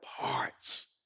parts